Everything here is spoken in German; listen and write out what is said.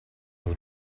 nur